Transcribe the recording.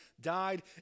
died